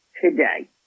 today